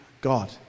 God